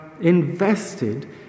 invested